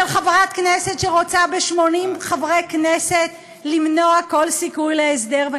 של חברת כנסת שרוצה ב-80 חברי כנסת למנוע כל סיכוי להסדר.